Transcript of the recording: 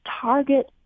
target